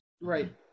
Right